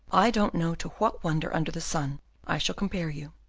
i don't know to what wonder under the sun i shall compare you.